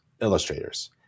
illustrators